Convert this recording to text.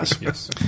Yes